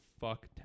Fuck